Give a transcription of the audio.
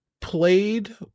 played